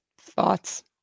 thoughts